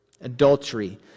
adultery